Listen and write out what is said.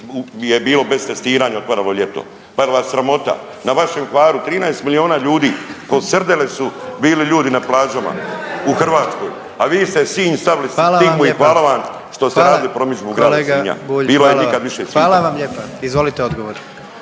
je bilo bez testiranja …/Govornik se ne razumije/… ljeto, pa jel vas sramota? Na vašem Hvaru 13 milijuna ljudi, ko srdele su bili ljudi na plažama u Hrvatskoj, a vi ste Sinj stavili stigmu i hvala vam što ste radili promidžbu grada Sinja. Bilo je nikad više svita.